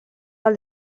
del